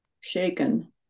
shaken